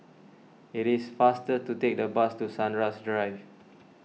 It is faster to take the bus to Sunrise Drive